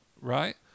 right